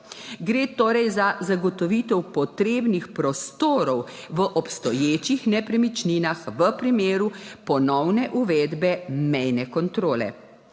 Gre torej za zagotovitev potrebnih prostorov v obstoječih nepremičninah v primeru ponovne uvedbe mejne kontrole.